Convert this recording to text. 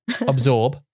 absorb